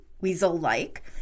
weasel-like